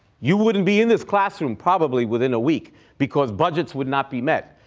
you wouldn't be in this classroom probably within a week because budgets would not be met.